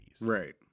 right